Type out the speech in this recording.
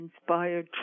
inspired